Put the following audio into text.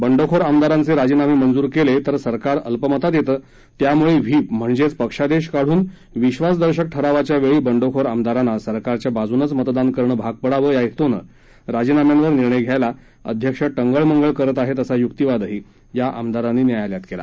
बंडखोर आमदारांच जिजीनाम मेजूर कलि तेर सरकार अल्पमतात यत्ती त्यामुळ डेहीप म्हणजद्व पक्षादक्ष काढून विश्वासदर्शक ठरावाच्या वळी बंडखोर आमदारांना सरकारच्या बाजूनच मतदान करणं भाग पडावं या हस्तूमे राजीनाम्यांवर निर्णय घ्यायलाअध्यक्ष टंगळ मंगळ करत आहृत्त असा युक्तिवादही या आमदारांनी न्यायालयात कला